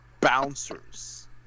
bouncers